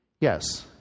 Yes